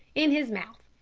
in his mouth,